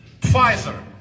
Pfizer